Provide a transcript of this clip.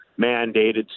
mandated